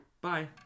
Bye